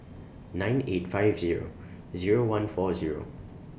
nine eight five Zero Zero one four Zero